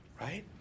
right